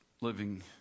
living